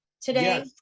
today